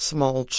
Small